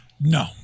No